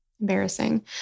embarrassing